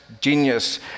genius